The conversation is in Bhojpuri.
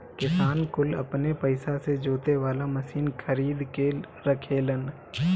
किसान कुल अपने पइसा से जोते वाला मशीन खरीद के रखेलन